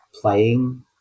playing